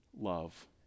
love